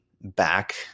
back